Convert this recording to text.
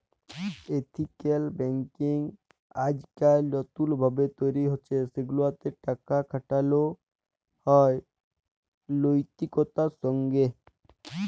ethical banking আইজকাইল লতুল ভাবে তৈরি হছে সেগুলাতে টাকা খাটালো হয় লৈতিকতার সঙ্গে